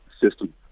system